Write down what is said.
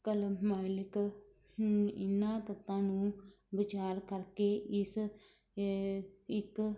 ਕਲਮਮਾਲਿਕ ਹੁਣ ਇਨਾ ਤੱਤਾਂ ਨੂੰ ਵਿਚਾਰ ਕਰਕੇ ਇਸ ਇੱਕ